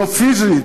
לא פיזית.